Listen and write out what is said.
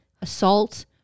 assault